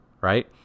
right